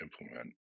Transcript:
implement